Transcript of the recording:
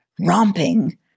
romping